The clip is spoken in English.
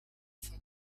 from